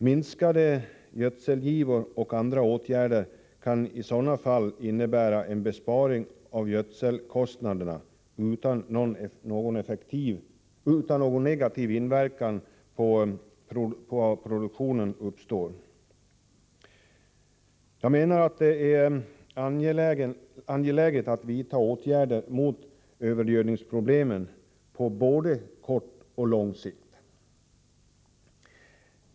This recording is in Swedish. Minskade gödselgivor och andra åtgärder kan i sådana fall innebära en besparing av gödslingkostnaderna utan att någon negativ inverkan på produktionen uppstår. Jag menar att det är angeläget att vidta åtgärder mot övergödningsproblemen på både kort och lång sikt.